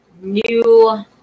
new